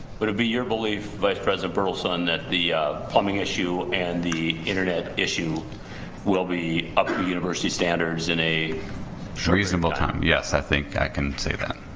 but it'd be your belief vice president burleson that the plumbing issue and the internet issue will be up through university standards in a reasonable time yes i think i can say that.